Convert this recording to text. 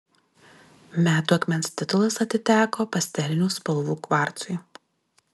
metų akmens titulas atiteko pastelinių spalvų kvarcui